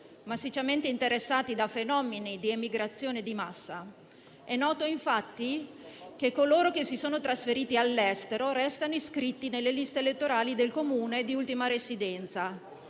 massicciamente interessati da fenomeni di emigrazione di massa. È noto, infatti, che coloro che si sono trasferiti all'estero restano iscritti nelle liste elettorali del Comune di ultima residenza.